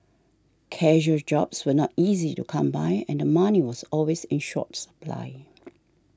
casual jobs were not easy to come by and the money was always in short supply